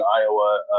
Iowa